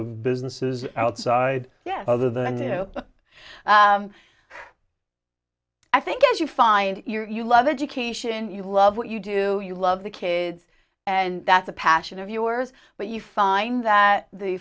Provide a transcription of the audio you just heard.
of businesses outside yet other than you know i think as you find your you love education you love what you do you love the kids and that's a passion of yours but you find that the